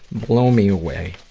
blow me away!